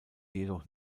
jedoch